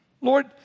Lord